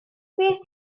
beth